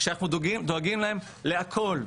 כשאנחנו דואגים להם להכל,